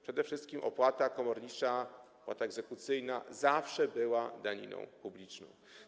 Przede wszystkim opłata komornicza, opłata egzekucyjna zawsze była daniną publiczną.